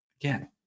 again